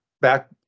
back